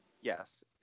Yes